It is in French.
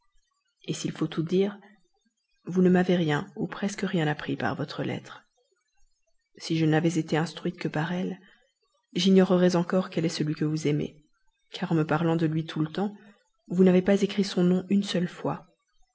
et s'il faut tout dire vous ne m'avez rien ou presque rien appris par votre lettre si je n'avais été instruite que par elle j'ignorerais encore quel est celui que vous aimez car en me parlant de lui tout le temps vous n'avez pas écrit son nom une seule fois